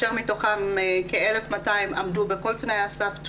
כאשר מתוכן כ-1,200 עמדו בכל תנאי הסף,